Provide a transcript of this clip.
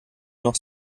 noch